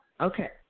Okay